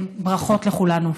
ברכות לכולנו.